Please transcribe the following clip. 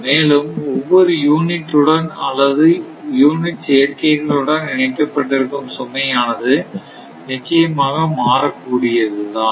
மேலும் ஒவ்வொரு யூனிட் உடன் அல்லது யூனிட் சேர்க்கைகள் உடன் இணைக்கப்பட்டிருக்கும் சுமையானது நிச்சயமாக மாறக் கூடியது தான்